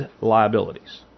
liabilities